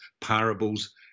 parables